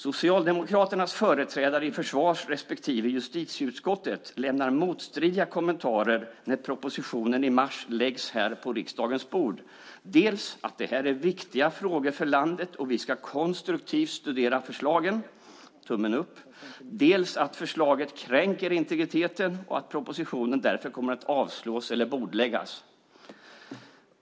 Socialdemokraternas företrädare i försvars respektive justitieutskottet lämnar motstridiga kommentarer när propositionen i mars läggs på riksdagens bord, dels att det här är viktiga frågor för landet och att vi konstruktivt ska studera förslaget, dels att förslaget kränker integriteten och att propositionen därför kommer att avslås eller bordläggas.